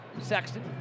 Sexton